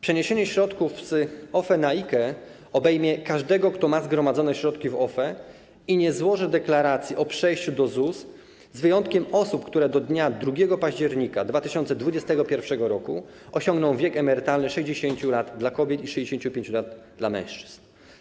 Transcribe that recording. Przeniesienie środków z OFE na IKE obejmie każdego, kto ma zgromadzone środki w OFE i nie złoży deklaracji o przejściu do ZUS, z wyjątkiem osób, które do dnia 2 października 2021 r. osiągną wiek emerytalny: 60 lat dla kobiet i 65 lat dla mężczyzn.